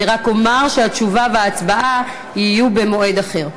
אני רק אומר שהתשובה וההצבעה יהיו במועד אחר.